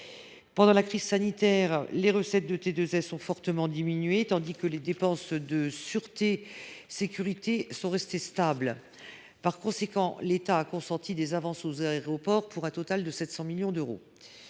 Pendant la crise sanitaire, les recettes de T2S ont fortement diminué, tandis que les dépenses de sûreté sécurité sont restées stables. Par conséquent, l’État a consenti aux aéroports des avances, pour un total de 700 millions d’euros.